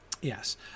Yes